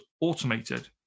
automated